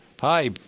Hi